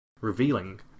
revealing